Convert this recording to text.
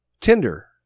Tinder